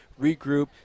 regroup